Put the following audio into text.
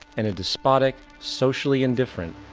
and a despotic, socially indifferent,